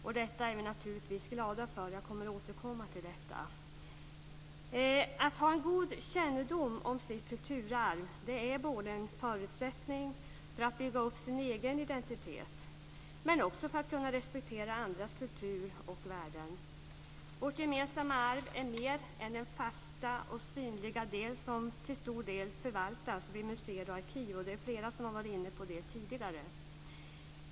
Detta är vi naturligtvis glada för. Jag kommer att återkomma till detta. Att ha en god kännedom om sitt kulturarv är både en förutsättning för att bygga upp sin egen identitet och för att kunna respektera andras kulturer och värden. Vårt gemensamma arv är mer än den fasta och synliga del som till stor del förvaltas vid museer och arkiv. Och det är flera som har varit inne på det tidigare.